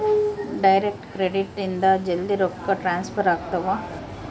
direct credit ಇಂದ ಜಲ್ದೀ ರೊಕ್ಕ ಟ್ರಾನ್ಸ್ಫರ್ ಆಗ್ತಾವ